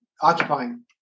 occupying